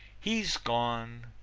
he's gone,